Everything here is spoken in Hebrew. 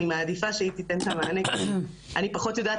אני מעדיפה שהיא תיתן את המענה כי אני פחות יודעת